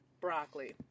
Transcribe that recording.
broccoli